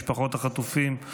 משפחות החטופים.